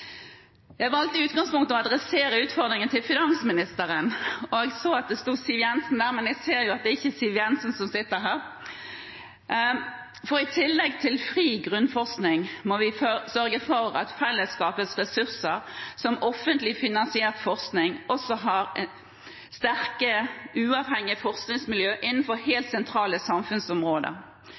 Jeg valgte i utgangspunktet å adressere utfordringen til finansministeren. Jeg så at det sto Siv Jensen der, men jeg ser jo at det ikke er Siv Jensen som sitter her. For i tillegg til fri grunnforskning må vi sørge for at fellesskapets ressurser, som offentlig finansiert forskning, også har sterke uavhengige forskningsmiljøer innenfor helt sentrale samfunnsområder.